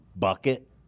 bucket